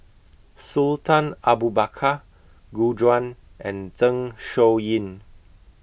Sultan Abu Bakar Gu Juan and Zeng Shouyin